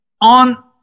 on